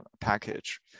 package